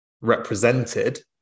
represented